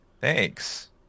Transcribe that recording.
Thanks